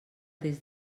des